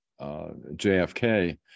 jfk